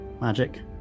magic